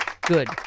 Good